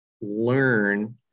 learn